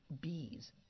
bees